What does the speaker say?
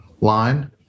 line